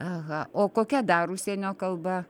aha o kokia dar užsienio kalba